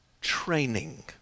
training